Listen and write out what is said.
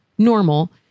Normal